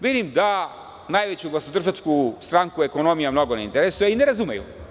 Vidim da najveću vlastodržačku stranku ekonomija mnogo ne interesuje i ne razumeju.